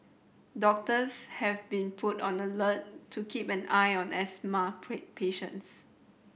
doctors have been put on alert to keep an eye on asthma patients